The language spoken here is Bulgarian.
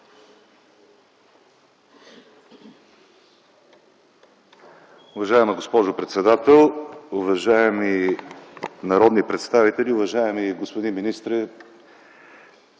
Уважаема госпожо председател, уважаеми народни представители, уважаеми господин министър!